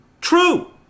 true